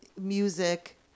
music